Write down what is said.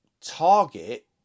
target